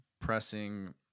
pressing